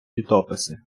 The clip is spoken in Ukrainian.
літописи